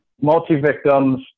Multi-victims